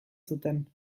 zuten